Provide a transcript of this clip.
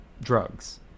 drugs